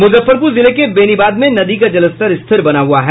मुजफ्फरपुर जिले के बेनीबाद में नदी का जलस्तर स्थिर बना हुआ है